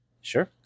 Sure